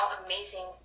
amazing